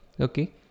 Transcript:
okay